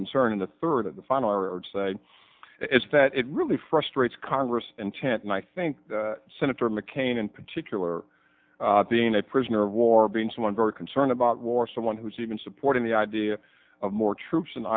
concern in the third of the final say is that it really frustrates congress and chant and i think senator mccain in particular being a prisoner of war being someone very concerned about war someone who's even supporting the idea of more troops in